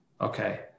Okay